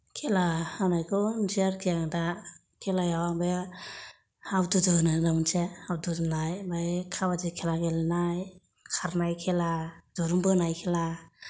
खेला होनायखौ मिन्थियो आरोखि आं दा खेलायाव आं बे हावदु दु होनो ना मोनसे हावदु दुनाय ओमफाय खाबादि खेला गेलेनाय खारनाय खेला दुरुं बोनाय खेला